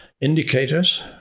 indicators